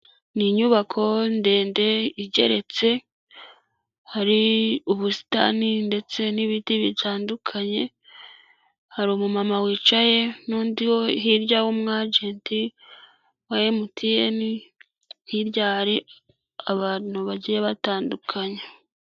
Ni inyubako ndende igeretse, hari ubusitani ndetse n'ibindi bitandukanye, hari umumama wicaye n'undi wo hirya w'umu ajenti wa MTN, hirya hari abantu bagiye batandukanye.